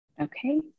Okay